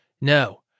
no